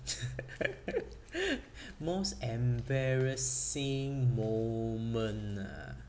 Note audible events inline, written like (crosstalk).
(laughs) most embarrassing moment ah